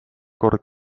kord